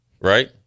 right